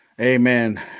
Amen